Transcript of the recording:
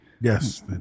Yes